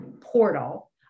portal